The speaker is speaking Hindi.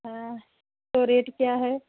हाँ तो रेट क्या है